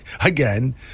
again